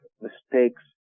mistakes